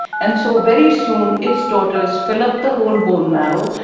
and so very soon, its daughters fill up the whole bone marrow,